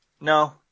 no